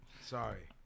Sorry